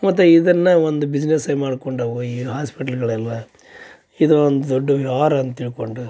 ಮತ್ತು ಇದನ್ನ ಒಂದು ಬಿಸಿನೆಸ್ ಆಯ್ ಮಾಡ್ಕೊಂಡವು ಈ ಹಾಸ್ಪೆಟ್ಲ್ಗಳೆಲ್ಲ ಇದು ಒಂದು ದೊಡ್ಡ ವ್ಯವಹಾರ ಅಂತ ತಿಳ್ಕೊಂಡು